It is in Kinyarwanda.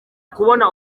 kubona